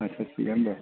आच्चा थिकानो दं